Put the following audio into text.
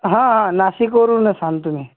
हां आ नाशिकवरूनच आणतो मी